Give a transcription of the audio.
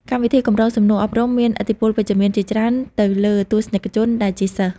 កម្មវិធីកម្រងសំណួរអប់រំមានឥទ្ធិពលវិជ្ជមានជាច្រើនទៅលើទស្សនិកជនដែលជាសិស្ស។